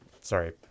Sorry